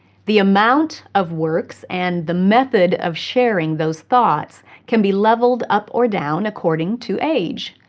the amount of works and the method of sharing those thoughts can be leveled up or down according to age.